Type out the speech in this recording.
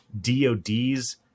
DOD's